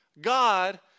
God